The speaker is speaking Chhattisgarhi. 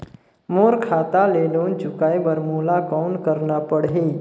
मोर खाता ले लोन चुकाय बर मोला कौन करना पड़ही?